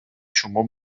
чому